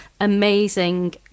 amazing